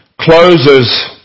closes